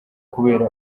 kubera